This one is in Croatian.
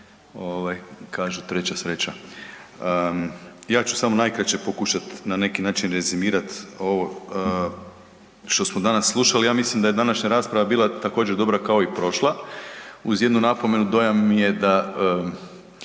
Kaže, treća sreća. Ja ću samo najkraće pokušati na neki način rezimirati ovo što smo danas slušali. Ja mislim da je današnja rasprava bila također, dobra kao i prošla, uz jednu napomenu, dojam je da